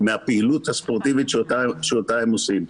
מהפעילות הספורטיבית שאותה הם עושים.